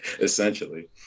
essentially